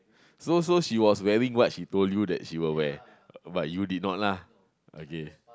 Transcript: so so she was wearing what she told you that she will wear but you did not lah okay